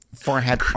forehead